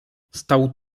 stał